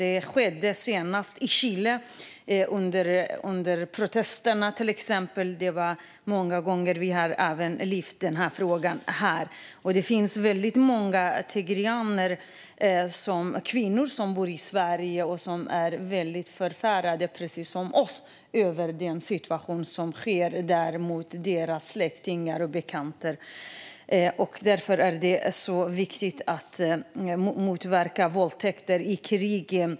Det skedde senast i Chile under protesterna, till exempel. Vi har lyft frågan här många gånger. Det finns många tigreaner, kvinnor, som bor i Sverige och som precis som vi är förfärade över den rådande situationen och det som sker med deras släktingar och bekanta. Det är viktigt att motverka våldtäkter i krig.